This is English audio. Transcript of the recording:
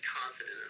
confident